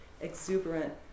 exuberant